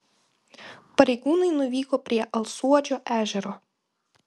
pareigūnai nuvyko prie alsuodžio ežero